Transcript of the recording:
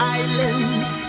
islands